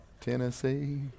Tennessee